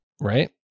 Right